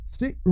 Stay